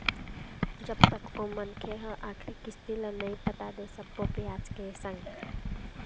जब तक ओ मनखे ह आखरी किस्ती ल नइ पटा दे सब्बो बियाज के संग